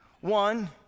One